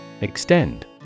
Extend